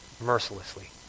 mercilessly